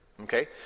Okay